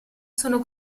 sono